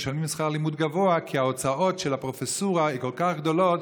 משלמים שכר לימוד גבוה כי ההוצאות של הפרופסורה הן כל כך גדולות,